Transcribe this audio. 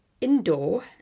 indoor